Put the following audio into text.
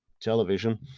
television